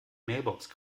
mailbox